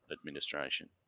administration